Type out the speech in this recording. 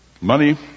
Money